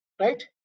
right